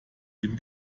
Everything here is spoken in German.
dem